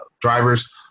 drivers